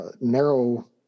narrow